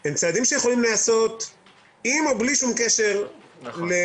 הם צעדים שיכולים להיעשות עם או בלי קשר ללגליזציה.